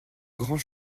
grands